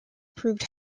proved